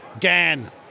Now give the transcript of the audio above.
Gan